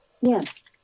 Yes